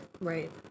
Right